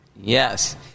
Yes